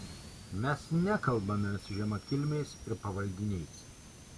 mes nekalbame su žemakilmiais ir pavaldiniais